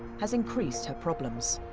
has increased her problems.